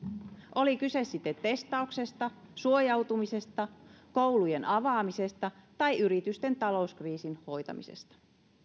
oli kyse sitten testauksesta suojautumisesta koulujen avaamisesta tai yritysten talouskriisin hoitamisesta